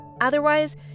Otherwise